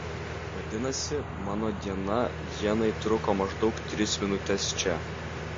vadinasi mano diena ienai truko maždaug tris minutes čia